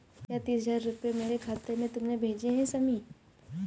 क्या तीस हजार रूपए मेरे खाते में तुमने भेजे है शमी?